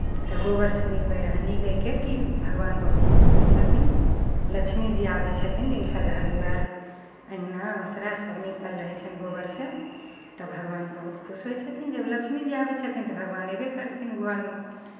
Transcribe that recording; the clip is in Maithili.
गोबरसँ नीपैत रहय ई लए कऽ कि भगवान बहुत खुश होइ छथिन लक्ष्मीजी आबै छथिन जिनकर घर दुआरि अङ्गना ओसरा सभ नीपल रहैत छनि गोबरसँ तऽ भगवान बहुत खुश होइ छथिन जब लक्ष्मीजी आबै छथिन तऽ भगवान अयबे करथिन ओ घरमे